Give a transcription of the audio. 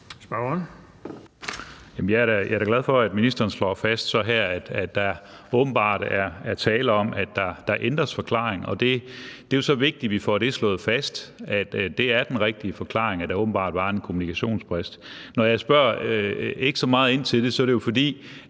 jeg er da glad for, at ministeren så her slår fast, at der åbenbart er tale om, at der ændres forklaring. Og det er jo så vigtigt, at vi får slået fast, at det er den rigtige forklaring, at der åbenbart var en kommunikationsbrist. Når jeg ikke spørger så meget ind til det, er det jo, fordi